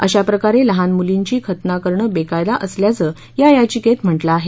अशाप्रकारे लहान मुलींचा खतना करणं बेकायदा असल्याचं या याचिकेत म्हटलं आहे